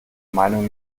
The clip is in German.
meinung